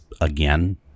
again